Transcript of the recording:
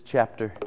chapter